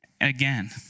again